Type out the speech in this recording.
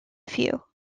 few